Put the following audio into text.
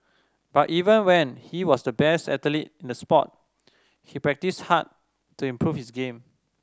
but even when he was the best athlete in the sport he practised hard to improve his game